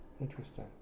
Interesting